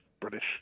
British